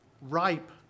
ripe